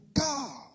God